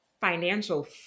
financial